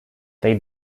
they